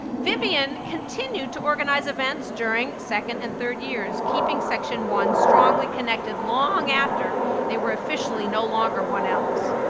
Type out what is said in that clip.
vivian continued to organize events during second and third years, keeping section one strongly connected long after they were officially no longer one ls.